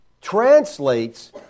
translates